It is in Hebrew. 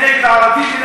נגד היהודים,